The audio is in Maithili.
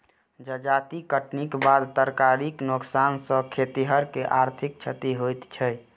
जजाति कटनीक बाद तरकारीक नोकसान सॅ खेतिहर के आर्थिक क्षति होइत छै